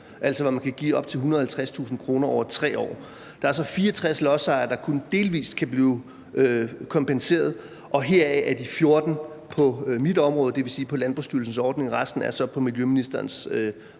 altså hvor man kan give op til 150.000 kr. over 3 år. Der er så 64 lodsejere, der kun delvis kan blive kompenseret. Heraf er 14 på mit område, dvs. på Landbrugsstyrelsens ordning, og resten er på miljøministerens ressort.